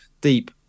deep